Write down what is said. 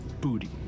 booty